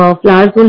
flowers